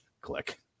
Click